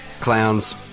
clowns